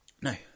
No